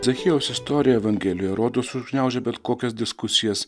zachiejaus istorija evangelija rodos užgniaužia bet kokias diskusijas